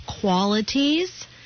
qualities